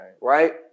right